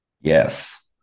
Yes